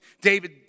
David